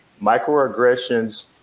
microaggressions